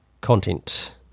content